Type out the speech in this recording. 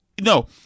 No